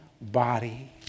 body